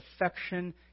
affection